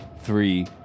three